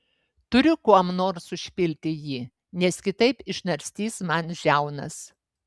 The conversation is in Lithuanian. turiu kuom nors užpilti jį nes kitaip išnarstys man žiaunas